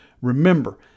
Remember